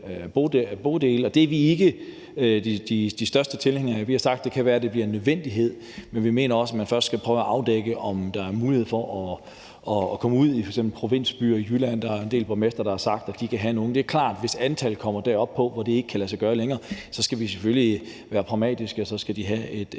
Det er vi ikke de største tilhængere af. Vi har sagt, at det kan være, at det bliver nødvendigt, men vi mener også, at man først skal forsøge at afdække, om der er mulighed for at få dem ud i f.eks. provinsbyer i Jylland. Der er en del borgmestre, der har sagt, at de kan have nogle. Det er klart, at hvis antallet når derop, hvor det ikke længere kan lade sig gøre, skal vi selvfølgelig være pragmatiske, og så skal de have et